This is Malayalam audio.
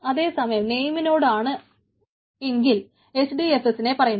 അതേസമയം നെയിമിനോട് ആണെങ്കിൽ HDFSനെ പറയുന്നു